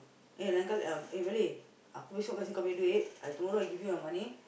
eh um eh Belly aku besok kasih kau punya duit I tomorrow I give you your money